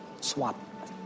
Swap